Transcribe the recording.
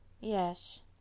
Yes